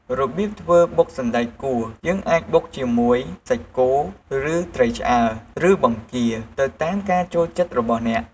របៀបធ្វើបុកសណ្ដែកគួរ យើងអាចបុកជាមួយ សាច់គោ ឬ ត្រីឆ្អើរ ឬ បង្គា ទៅតាមការចូលចិត្តរបស់អ្នក។